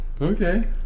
Okay